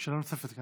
שאלה נוספת.